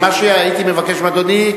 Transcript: מה שהייתי מבקש מאדוני,